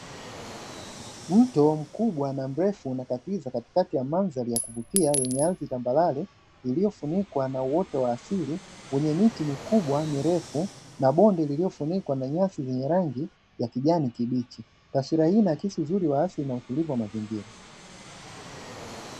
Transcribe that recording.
Mto mkubwa na mrefu umekatiza katikati ya mandhari ya kuvutia yenye ardhi tambarare iliyofunikwa na uoto wa asili wenye miti mikubwa mirefu na bonde lilofunikwa na nyasi zenye rangi ya kijani kibichi. Taswira hii inaakisi uzuri wa asili na utulivu wa mazingira.